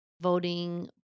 voting